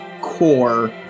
core